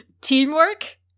teamwork